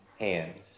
Hands